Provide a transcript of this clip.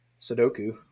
Sudoku